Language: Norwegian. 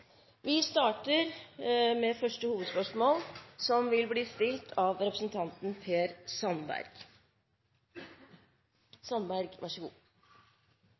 Vi starter med første hovedspørsmål, som vil bli stilt av representanten Per Sandberg.